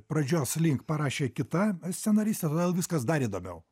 pradžios link parašė kita scenaristė todėl viskas dar įdomiau